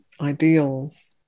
ideals